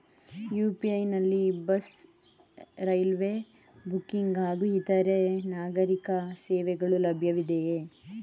UPI ನಲ್ಲಿ bus, railway booking ಹಾಗೂ ಇತರೆ ನಾಗರೀಕ ಸೇವೆಗಳು ಲಭ್ಯವಿದೆಯೇ?